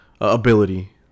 ability